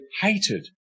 hated